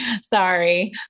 Sorry